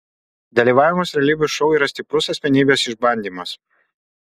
dalyvavimas realybės šou yra stiprus asmenybės išbandymas